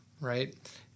right